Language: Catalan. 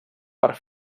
per